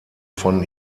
von